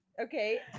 Okay